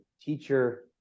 teacher